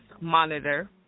monitor